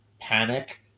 panic